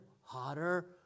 Hotter